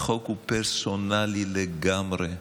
החוק הוא פרסונלי לגמרי.